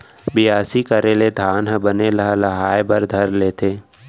बियासी करे ले धान ह बने लहलहाये बर धर लेथे